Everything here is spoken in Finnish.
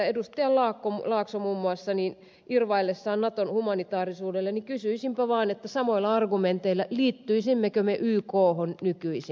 laakso muun muassa irvailee naton humanitaarisuudelle niin kysyi sinpä liittyisimmekö me samoilla argumenteil la ykhon nykyisin